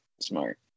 smart